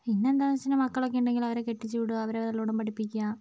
പിന്നെന്താന്നു വെച്ച് കഴിഞ്ഞാൽ മക്കളൊക്കെയുണ്ടെങ്കിൽ അവരെ കെട്ടിച്ചുവിടുക അവരെ നല്ലോണം പഠിപ്പിക്കുക